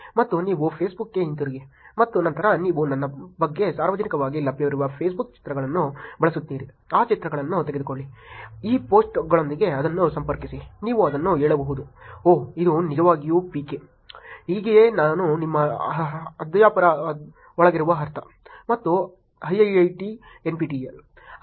ಮತ್ತು ನೀವು ಫೇಸ್ಬುಕ್ಗೆ ಹಿಂತಿರುಗಿ ಮತ್ತು ನಂತರ ನೀವು ನನ್ನ ಬಗ್ಗೆ ಸಾರ್ವಜನಿಕವಾಗಿ ಲಭ್ಯವಿರುವ ಫೇಸ್ಬುಕ್ ಚಿತ್ರಗಳನ್ನು ಬಳಸುತ್ತೀರಿ ಆ ಚಿತ್ರಗಳನ್ನು ತೆಗೆದುಕೊಳ್ಳಿ ಈ ಪೋಸ್ಟ್ಗಳೊಂದಿಗೆ ಅದನ್ನು ಸಂಪರ್ಕಿಸಿ ನೀವು ಅದನ್ನು ಹೇಳಬಹುದು ಓಹ್ ಇದು ನಿಜವಾಗಿಯೂ ಪಿಕೆ ಹೀಗೆಯೇ ನಾನು ನಿಮ್ಮ ಅಧ್ಯಾಪಕರ ಒಳಗಿರುವ ಅರ್ಥ ಮತ್ತು IIIT NPTEL